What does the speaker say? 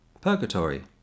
purgatory